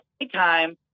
anytime